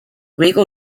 legal